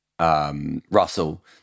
Russell